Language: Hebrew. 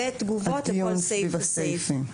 מ/1546.